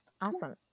awesome